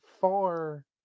far